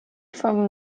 from